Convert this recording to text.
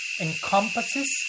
encompasses